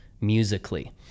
musically